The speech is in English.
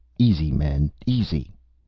easy, men! easy!